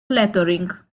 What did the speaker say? lettering